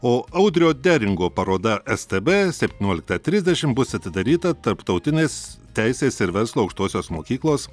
o audrio deringo paroda stb septynioliktą trisdešim bus atidaryta tarptautinės teisės ir verslo aukštosios mokyklos